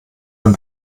wenn